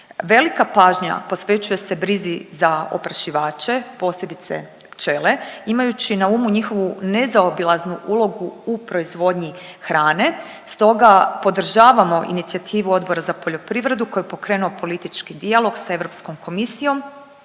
Velika pažnja posvećuje se brizi za oprašivače posebice pčele imajući na umu njihovu nezaobilaznu ulogu u proizvodnji hrane, stoga podržavamo inicijativu Odbora za poljoprivredu koji je pokrenuo politički dijalog s europskom komisijom